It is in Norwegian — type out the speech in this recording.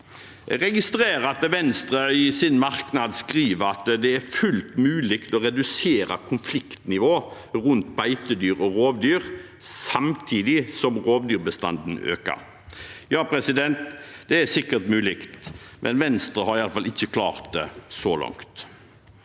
Jeg registrerer at Venstre i sin merknad skriver at det er fullt mulig å redusere konfliktnivået rundt beitedyr og rovdyr samtidig som rovdyrbestanden øker. Det er sikkert mulig, men Venstre har iallfall ikke klart det så langt.